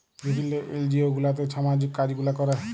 বিভিল্ল্য এলজিও গুলাতে ছামাজিক কাজ গুলা ক্যরে